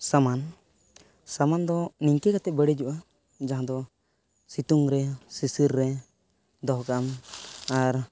ᱥᱟᱢᱟᱱ ᱥᱟᱢᱟᱱ ᱫᱚ ᱱᱤᱤᱝᱠᱟ ᱠᱟᱛᱮᱫ ᱵᱟᱲᱤᱡᱚᱜᱼᱟ ᱡᱟᱦᱟᱸᱫᱚ ᱥᱤᱛᱩᱝᱨᱮ ᱥᱤᱥᱤᱨ ᱨᱮ ᱫᱚᱦᱚᱠᱟᱢ ᱟᱨ